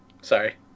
Sorry